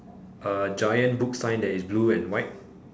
a giant book sign that is blue and white